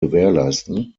gewährleisten